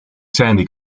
sandy